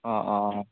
অঁ অঁ অ